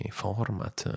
format